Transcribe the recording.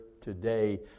Today